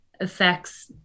affects